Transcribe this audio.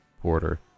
porter